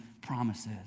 promises